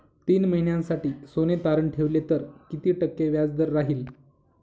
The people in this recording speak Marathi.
तीन महिन्यासाठी सोने तारण ठेवले तर किती टक्के व्याजदर राहिल?